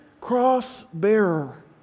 cross-bearer